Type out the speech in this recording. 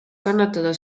kannatada